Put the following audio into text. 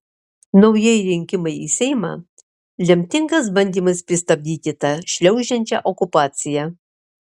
naujieji rinkimai į seimą lemtingas bandymas pristabdyti tą šliaužiančią okupaciją